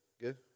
Good